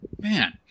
Man